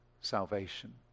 salvation